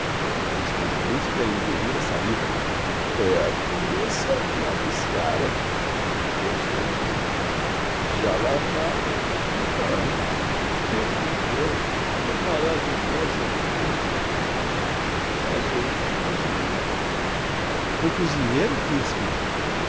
responde o principe a engulir a saliva é a condessa naniskara que deus tem já lá vae ha trinta annos que mulher que maravilhosa formosura casou com o cozinheiro com o cozinheiro principe